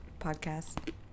Podcast